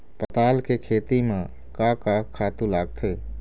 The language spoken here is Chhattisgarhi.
पताल के खेती म का का खातू लागथे?